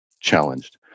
challenged